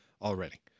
already